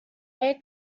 air